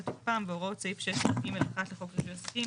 תוקפם בהוראות סעיף 6(יג)(1) לחוק רישוי עסקים.